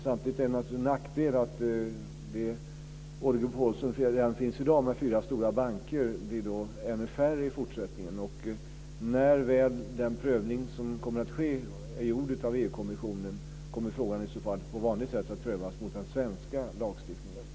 Samtidigt är det naturligtvis en nackdel att det oligopol som redan finns i dag med fyra stora banker innebär ännu färre banker i fortsättningen. När väl den prövning som kommer att ske av EU kommissionen är gjord kommer frågan i så fall på vanligt sätt att prövas mot den svenska lagstiftningen.